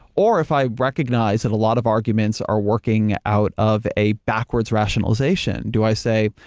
or, if i recognize that a lot of arguments are working out of a backwards rationalization, do i say,